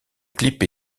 clip